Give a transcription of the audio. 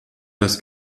das